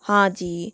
हाँ जी